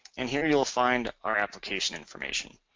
and here you will find our application information,